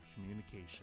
Communication